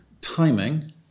Timing